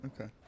Okay